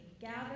Gather